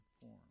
form